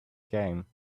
came